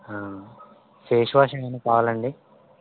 face wash ఏమయినా కావలండి